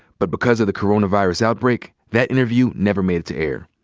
but because of the coronavirus outbreak, that interview never made it to air.